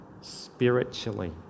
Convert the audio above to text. spiritually